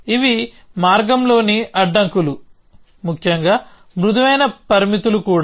ఇవి మార్గంలోని అడ్డంకులు ముఖ్యంగా మృదువైన పరిమితులు కూడా